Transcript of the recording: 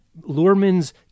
Lurman's